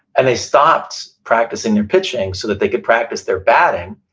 and they stopped practicing their pitching so that they could practice their batting,